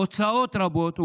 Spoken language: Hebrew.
הוצאות רבות,